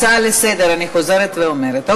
הצעה לסדר-היום, אני חוזרת ואומרת.